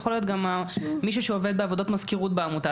יכול להיות גם מישהו שעובד בעבודות מזכירות בעמותה,